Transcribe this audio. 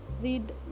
read